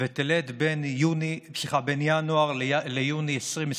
ותלד בין ינואר ליוני 2021,